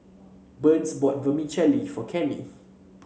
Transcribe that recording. Burns bought Vermicelli for Kenney